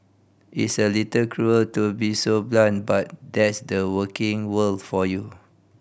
it's a little cruel to be so blunt but that's the working world for you